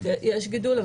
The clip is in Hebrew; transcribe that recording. יש גידול.